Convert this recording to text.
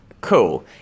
Cool